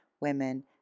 women